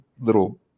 little